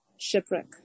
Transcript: shipwreck